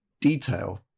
detail